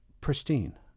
pristine